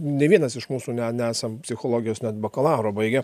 nė vienas iš mūsų ne nesam psichologijos net bakalauro baigę